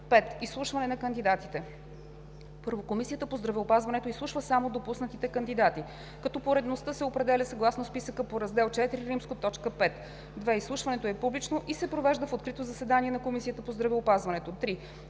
V. Изслушване на кандидатите 1. Комисията по здравеопазването изслушва само допуснатите кандидати, като поредността се определя съгласно списъка по Раздел IV, т. 5. 2. Изслушването е публично и се провежда в открито заседание на Комисията по здравеопазването. 3.